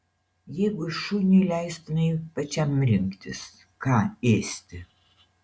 jeigu šuniui leistumei pačiam rinktis ką ėsti